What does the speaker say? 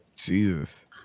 Jesus